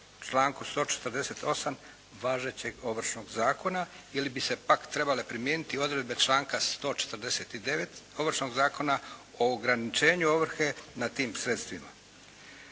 članku 148. važećeg Ovršnog zakona ili bi se pak trebale primijeniti odredbe članka 149. Ovršnog zakona o ograničenju ovrhe nad tim sredstvima.